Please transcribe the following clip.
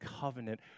covenant